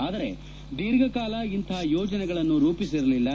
ಆದರೆ ದೀರ್ಘಕಾಲ ಇಂತಹ ಯೋಜನೆಗಳನ್ನು ರೂಪಿಸಿರಲಿಲ್ಲ